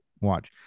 watch